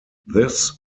this